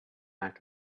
act